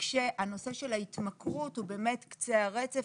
כשהנושא של ההתמכרות הוא באמת קצה הרצף,